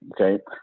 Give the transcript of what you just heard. Okay